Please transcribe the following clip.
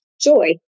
joy